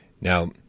Now